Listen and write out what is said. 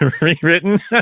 rewritten